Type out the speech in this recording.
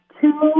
two